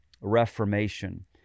reformation